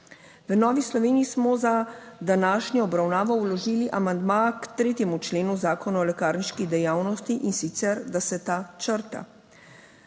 V Novi Sloveniji smo za današnjo obravnavo vložili amandma k 3. členu Zakona o lekarniški dejavnosti, in sicer, da se ta črta.